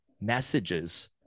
messages